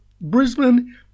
Brisbane